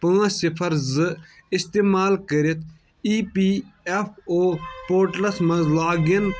پانٛژھ صِفَر زٕ استعمال کٔرِتھ E P F O portals مَنٛز لاگ اِن